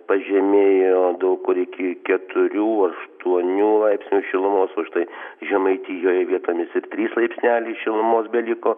pažemėjo daug kur iki keturių aštuonių laipsnių šilumos o štai žemaitijoj vietomis ir trys laipsneliai šilumos beliko